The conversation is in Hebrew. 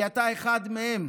כי אתה אחד מהם.